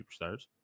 Superstars